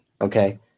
Okay